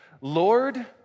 Lord